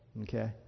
Okay